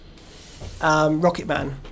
Rocketman